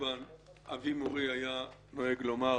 אבי מורי היה נוהג לומר: